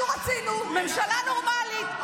אנחנו רצינו ממשלה נורמלית.